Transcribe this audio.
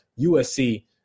USC